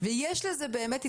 ויש לזה באמת היתכנות,